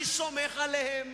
אני סומך עליהם